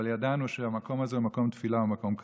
אבל ידענו שהמקום הזה הוא מקום תפילה ומקום קדוש.